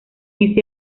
ese